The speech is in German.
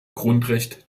grundrecht